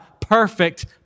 perfect